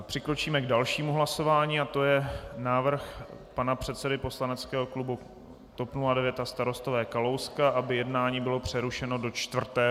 Přikročíme k dalšímu hlasování, to je návrh pana předsedy poslaneckého klubu TOP 09 a Starostové Kalouska, aby jednání bylo přerušeno do 4.